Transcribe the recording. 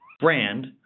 brand